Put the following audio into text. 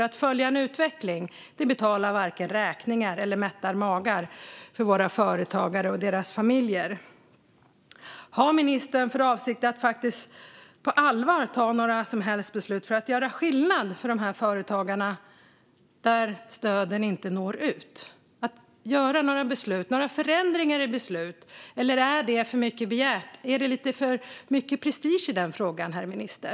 Att följa en utveckling kan varken betala räkningar eller mätta magar för våra företagare och deras familjer. Har ministern för avsikt att på allvar ta några som helst beslut för att göra skillnad för de företagare som stöden inte når ut till? Kan man fatta några beslut eller förändra några beslut, eller är det för mycket begärt? Är det kanske lite för mycket prestige i den frågan, herr minister?